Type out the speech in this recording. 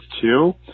two